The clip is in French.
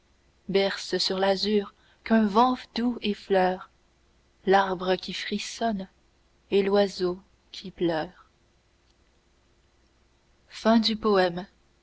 berce sur l'azur qu'un vent doux effleure l'arbre qui frissonne et l'oiseau qui pleure